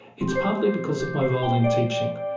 it's partly because of my role in teaching.